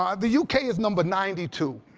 um the u k. is number ninety two.